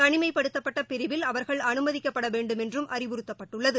தனிமைப்படுத்தப்பட்டபிரிவில் அவாகள் அனுமதிக்கப்படவேண்டுமென்றும் அறிவுறுத்தப்பட்டுள்ளது